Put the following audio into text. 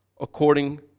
according